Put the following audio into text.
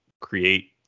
create